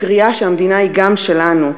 הקריאה שהמדינה היא גם שלנו,